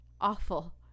awful